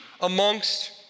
amongst